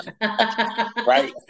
Right